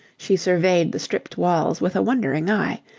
she surveyed the stripped walls with a wondering eye,